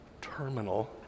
terminal